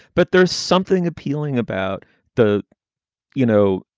but there's something appealing about the you know.